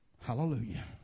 Hallelujah